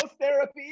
therapy